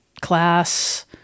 class